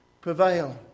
prevail